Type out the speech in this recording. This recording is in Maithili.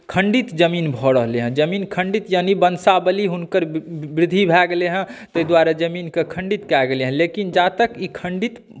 खण्डित जमीन भऽ रहलै हँ जमीन खण्डित यानि वंशावली हुनकर वृद्धि भए गेलै हँ ताहि दुआरे जमीन कऽ खण्डित कए गेलै हँ लेकिन जा तक ई खण्डित